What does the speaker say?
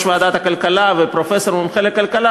ועדת הכלכלה ופרופסור מומחה לכלכלה,